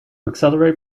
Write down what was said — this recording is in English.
accelerate